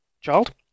child